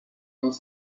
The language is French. dans